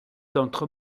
d’entre